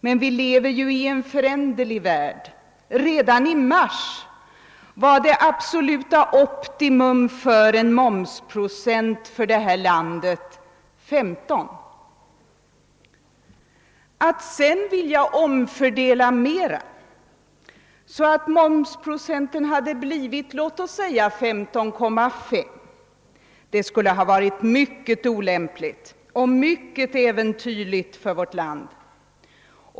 Men vi lever i en föränderlig värld; redan i mars var absolut optimum för en momsprocent i detta land 15. Att sedan vilja omfördela mera så att momsprocenten hade blivit låt oss säga 15,5 skulle ha varit mycket olämpligt och mycket äventyrligt för vårt land.